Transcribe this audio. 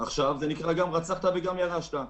עכשיו זה הרצחת וגם ירשת.